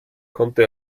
konnte